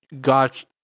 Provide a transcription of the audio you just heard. got